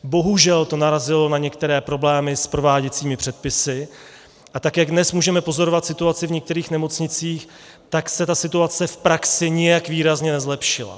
Bohužel to narazilo na některé problémy s prováděcími předpisy, a tak jak dnes můžeme pozorovat situaci v některých nemocnicích, tak se ta situace v praxi nijak výrazně nezlepšila.